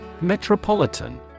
Metropolitan